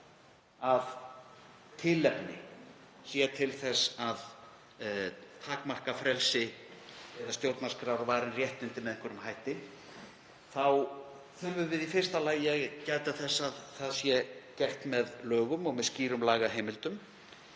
að tilefni sé til þess að takmarka frelsi, stjórnarskrárvarin réttindi, með einhverjum hætti, þá þurfum við í fyrsta lagi að gæta þess að það sé gert með lögum og með skýrum lagaheimildum.